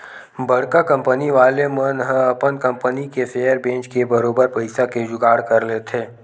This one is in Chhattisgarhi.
बड़का कंपनी वाले मन ह अपन कंपनी के सेयर बेंच के बरोबर पइसा के जुगाड़ कर लेथे